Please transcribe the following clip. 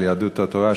של יהדות התורה,